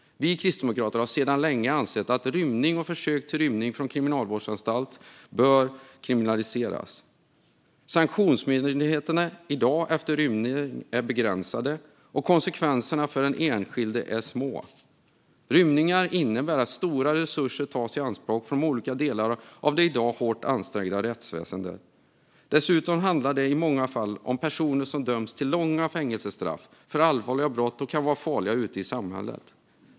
Vi kristdemokrater har dock sedan länge ansett att rymning och försök till rymning från kriminalvårdsanstalt bör kriminaliseras. Sanktionsmöjligheterna efter rymning är i dag begränsade, och konsekvenserna för den enskilde blir därför små. Rymningar innebär att stora resurser tas i anspråk från olika delar av det i dag hårt ansträngda rättsväsendet. Dessutom handlar det i många fall om personer som dömts till långa fängelsestraff för allvarliga brott och kan vara farliga ute i samhället.